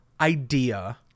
idea